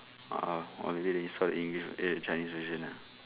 a'ah or maybe they saw the english eh chinese version ah